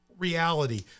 reality